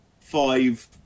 five